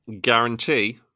Guarantee